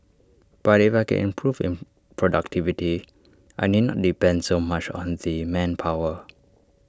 but if I can improve in productivity I need not depend so much on the manpower